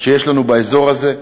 שיש לנו באזור הזה.